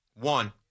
One